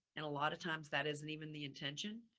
and a lot of times that isn't even the intention,